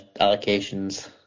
allocations